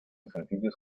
sencillos